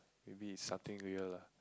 maybe it's something real lah